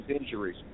injuries